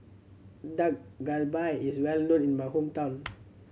Dak Galbi is well known in my hometown